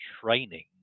training